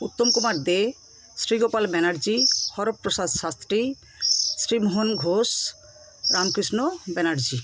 Uttam Kumar De Sreegopal Banerjee Haraprasad Shastri Sreemohan Ghosh Ramkrishna Banerjee